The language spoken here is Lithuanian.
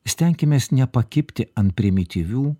stenkimės nepakibti ant primityvių